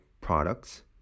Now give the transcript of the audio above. products